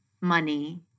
money